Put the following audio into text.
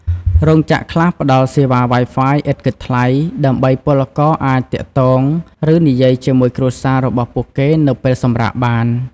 រោងចក្រខ្លះផ្តល់សេវា Wi-Fi ឥតគិតថ្លៃ ដើម្បីឱ្យពលករអាចទាក់ទង ឬនិយាយជាមួយគ្រួសាររបស់ពួកគេនៅពេលសម្រាកបាន។